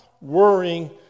worrying